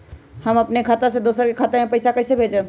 हम अपने खाता से दोसर के खाता में पैसा कइसे भेजबै?